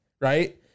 right